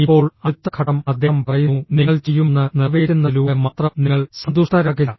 ഇപ്പോൾ അടുത്ത ഘട്ടം അദ്ദേഹം പറയുന്നു നിങ്ങൾ ചെയ്യുമെന്ന് നിറവേറ്റുന്നതിലൂടെ മാത്രം നിങ്ങൾ സന്തുഷ്ടരാകില്ല